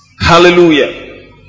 Hallelujah